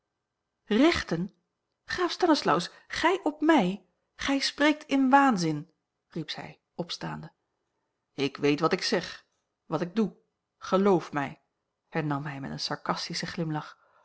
rechten graaf stanislaus gij op mij gij spreekt in waanzin riep zij opstaande ik weet wat ik zeg wat ik doe geloof mij hernam hij met een sarcastischen glimlach